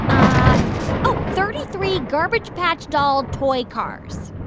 um oh, thirty three garbage patch doll toy cars